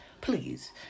please